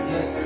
Yes